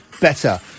better